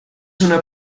una